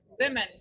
women